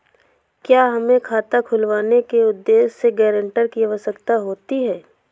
क्या हमें खाता खुलवाने के उद्देश्य से गैरेंटर की आवश्यकता होती है?